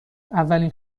اولین